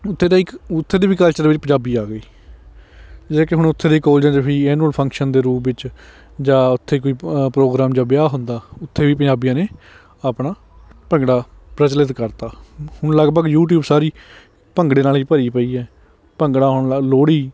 ਉੱਥੇ ਦੇ ਇੱਕ ਉੱਥੇ ਦੇ ਵੀ ਕਲਚਰ ਵਿੱਚ ਪੰਜਾਬੀ ਆ ਗਈ ਜਿਵੇਂ ਕਿ ਹੁਣ ਉੱਥੇ ਦੇ ਕੋਲਜਾਂ 'ਚ ਵੀ ਐਨੁਅਲ ਫੰਕਸ਼ਨ ਦੇ ਰੂਪ ਵਿੱਚ ਜਾਂ ਉੱਥੇ ਕੋਈ ਪ ਪ੍ਰੋਗਰਾਮ ਜਾਂ ਵਿਆਹ ਹੁੰਦਾ ਉੱਥੇ ਵੀ ਪੰਜਾਬੀਆਂ ਨੇ ਆਪਣਾ ਭੰਗੜਾ ਪ੍ਰਚਲਿਤ ਕਰਤਾ ਹੁਣ ਲਗਭਗ ਯੂਟਿਊਬ ਸਾਰੀ ਭੰਗੜੇ ਨਾਲ ਹੀ ਭਰੀ ਪਈ ਹੈ ਭੰਗੜਾ ਹੁਣ ਲਾ ਲੋਹੜੀ